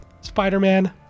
Spider-Man